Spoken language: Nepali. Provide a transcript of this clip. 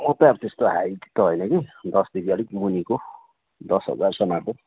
म त अब त्यस्तो हाई त होइन कि दसदेखि अलिक मुनिको दस हजारसम्मको